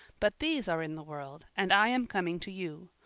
but these are in the world, and i am coming to you.